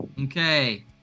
Okay